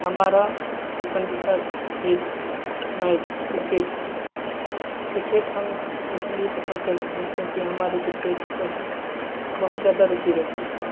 हमारा पसंदीदा खेल मैच है क्रिकेट है क्रिकेट हम इसलिए पसंद करते है की हमारी क्रिकेट के प्रति बहुत ज्यादा रूचि रहती है